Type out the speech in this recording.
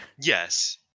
Yes